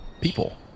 people